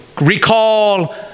recall